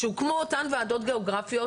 כשהוקמו אותן ועדות גיאוגרפיות,